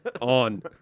On